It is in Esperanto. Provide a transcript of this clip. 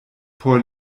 por